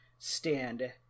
stand